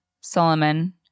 Solomon